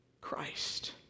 Christ